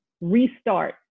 restart